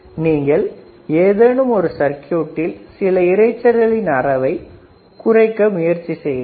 நீங்கள் ஏதேனும் சர்குயூட்டில் சில இரைச்சல்களின் அளவைக் குறைக்க முயற்சி செய்யுங்கள்